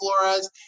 Flores